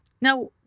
Now